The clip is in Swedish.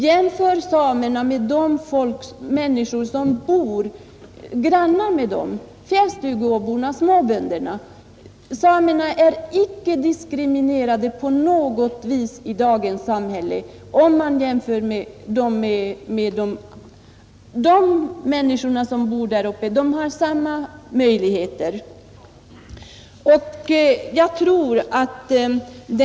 Jämför samerna med de människor som bor grannar med dem =— fjällstugeåborna, småbönderna! Samerna är inte på något sätt diskriminerade i dagens samhälle om man jämför dem med de människor som bor där uppe.